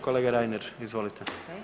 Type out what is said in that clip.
Kolega Reiner, izvolite.